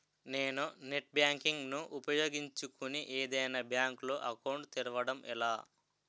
నేను net banking ను ఉపయోగించుకుని ఏదైనా బ్యాంక్ లో అకౌంట్ తెరవడం ఎలా?